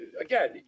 Again